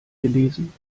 gelesen